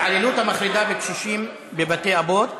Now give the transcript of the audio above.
ההתעללות המחרידה בקשישים בבתי-אבות,